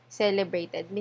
celebrated